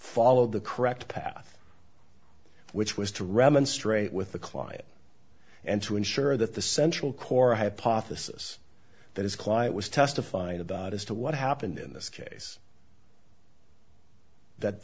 followed the correct path which was to remonstrate with the client and to ensure that the central core hypothesis that his client was testified about as to what happened in this case that